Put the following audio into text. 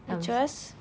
which was